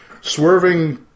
swerving